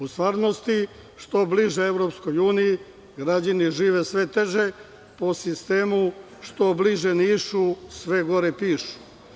U stvarnosti što bliže EU, građani žive sve teže po sistemu što bliže Nišu, sve gore pišu.